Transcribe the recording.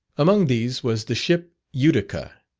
among these was the ship utica,